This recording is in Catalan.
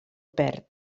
perd